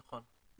נכון.